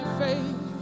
faith